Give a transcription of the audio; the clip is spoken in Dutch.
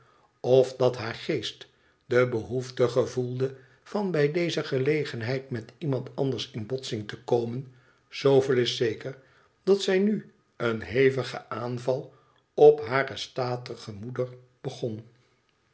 of dat haar geest de behoefte gevoelde van bij deze gelegenheid met iemand anders in botsing te komen zooveel is zeker dat zij nu een hevigen aanval op hare statige moeder begon